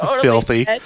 filthy